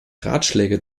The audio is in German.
ratschläge